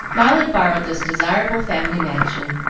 molly borrowed this desirable family mansion,